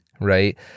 right